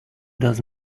does